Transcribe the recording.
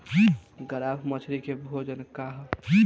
Grass मछली के भोजन का ह?